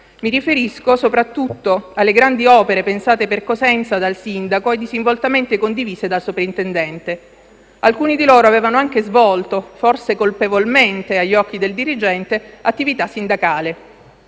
Mi riferisco soprattutto alle grandi opere pensate per Cosenza dal sindaco e disinvoltamente condivise dal soprintendente. Alcuni di loro avevano anche svolto, forse colpevolmente agli occhi del dirigente, attività sindacale.